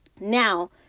Now